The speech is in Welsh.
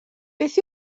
beth